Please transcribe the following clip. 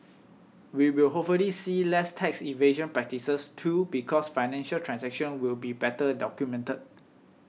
we will hopefully see less tax evasion practices too because financial transactions will be better documented